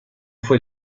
fue